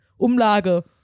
Umlage